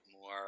more